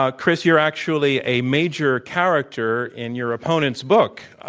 ah chris, you're actually a major character in your opponent's book.